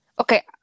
Okay